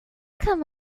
come